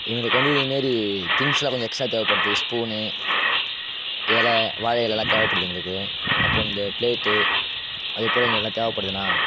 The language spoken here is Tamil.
எங்களுக்கு வந்து இது மாரி திங்ஸ்லாம் கொஞ்சம் எக்ஸ்ட்ராக தேவைப்படுது ஸ்பூனு இல வாழை இலலாம் தேவைபடுது எங்களுக்கு அப்போம் இந்த ப்லேட்டு அதுபோல இங்கே எல்லாம் தேவைபடுதுணா